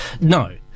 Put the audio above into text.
No